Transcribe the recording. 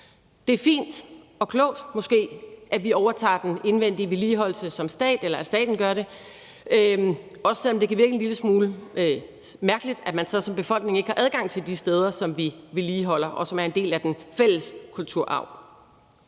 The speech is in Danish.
Det er fint og klogt, måske, at vi overtager den indvendige vedligeholdelse som stat, eller at staten gør det, også selv om det kan virke en lille smule mærkeligt, at man så som befolkning ikke har adgang til de steder, som vi vedligeholder, og som er en del af den fælles kulturarv.